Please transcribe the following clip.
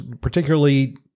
particularly